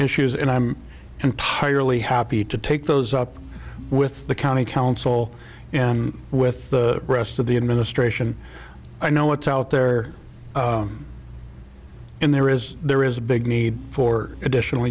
issues and i'm entirely happy to take those up with the county council and with the rest of the administration i know what's out there and there is there is a big need for additional